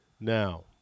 Now